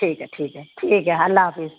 ٹھیک ہے ٹھیک ہے ٹھیک ہے ال حفظ